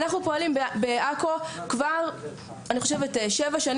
אנחנו פועלים בעכו כבר אני חושבת שבע שבע